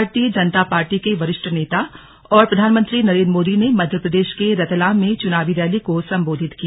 भारतीय जनता पार्टी के वरिष्ठ नेता और प्रधानमंत्री नरेन्द्र मोदी ने मध्य प्रदेश के रतलाम में चुनावी रैली को संबोधित किया